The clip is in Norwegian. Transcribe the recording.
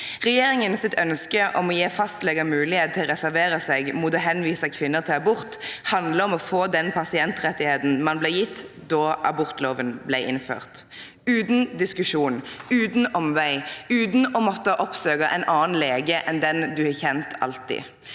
Regjeringens ønske om å gi fastleger mulighet til å reservere seg mot å henvise kvinner til abort handler om å få den pasientrettigheten man ble gitt da abortloven ble innført – uten diskusjon, uten omvei, uten å måtte oppsøke en annen lege enn den man har kjent